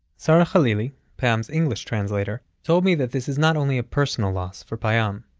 sara khalili, payam's english translator, told me that this is not only a personal loss for payam,